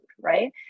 right